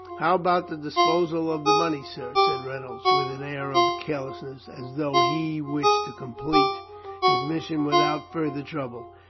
how about the disposal of the money, sir? said reynolds, with an air of carelessness, as though he wished to complete his mission without further trouble.